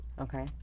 Okay